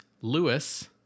Lewis